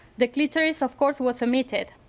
the clitoris of course, was omitted.